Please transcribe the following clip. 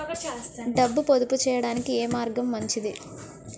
డబ్బు పొదుపు చేయటానికి ఏ మార్గం మంచిది?